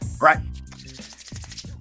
right